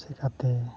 ᱪᱤᱠᱟᱹᱛᱮ